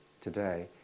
today